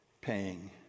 paying